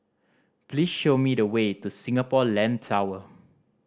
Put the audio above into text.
please show me the way to Singapore Land Tower